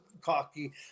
cocky